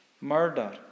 Murder